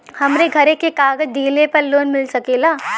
हमरे घरे के कागज दहिले पे लोन मिल सकेला?